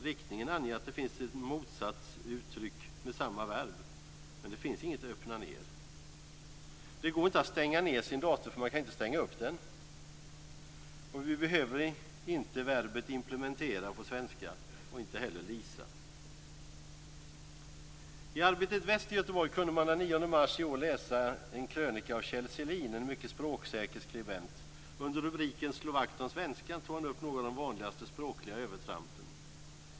Riktningen anger att det finns en motsats uttryckt med samma verb. Men det finns inget "öppna ner". Det går inte att "stänga ner" sin dator, för man kan ju inte "stänga upp" den. Vi behöver inte verbet implementera på svenska, och inte heller leasa. I Arbetet Väst i Göteborg kunde man den 9 mars i år läsa en krönika av Kjell Sehlin, en mycket språksäker skribent. Under rubriken "Slå vakt om svenskan" tog han upp några av de vanligaste språkliga övertrampen.